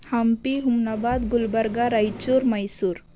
Hampi Humnabad Gulbarga Raichur Mysuru